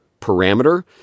parameter